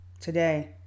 Today